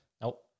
Nope